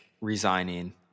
resigning